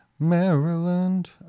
Maryland